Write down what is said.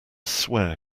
swear